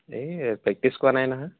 এই প্ৰেক্টিছ কৰা নাই নহয়